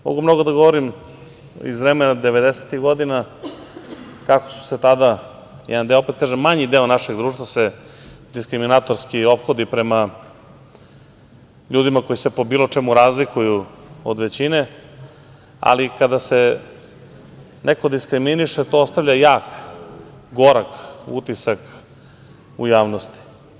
Mogu mnogo da govorimo iz vremena devedesetih godina kako su se tada, jedan deo, opet kažem, manji deo našeg društva, se diskriminatorski ophodili prema ljudima koji se po bilo čemu razlikuju od većine, ali kada se neko diskriminiše, to ostavlja jak, gorak utisak u javnosti.